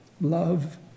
love